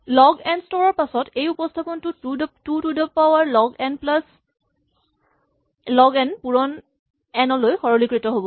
লগ n স্তৰৰ পিছত এই উপস্হাপনটো two to the power log n plus log n পুৰণ এন লৈ সৰলীকৃত হ'ব